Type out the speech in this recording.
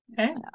okay